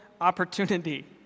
opportunity